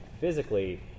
physically